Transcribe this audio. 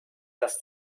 das